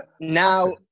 now